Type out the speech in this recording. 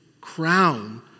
crown